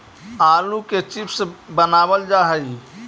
आलू के चिप्स बनावल जा हइ